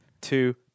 two